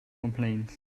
complained